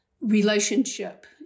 relationship